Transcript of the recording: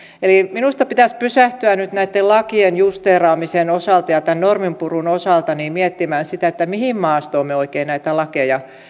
minusta pitäisi pysähtyä nyt näitten lakien justeeraamisen ja norminpurun osalta miettimään sitä mihin maastoon me oikein näitä lakeja